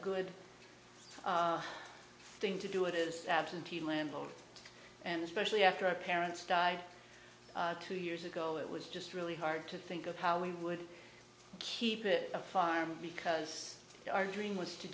good thing to do it is absentee landlord and especially after our parents died two years ago it was just really hard to think of how we would keep it a fireman because our dream was to